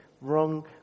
wrong